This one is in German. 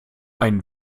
ein